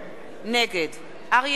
נגד אריה אלדד,